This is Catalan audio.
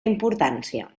importància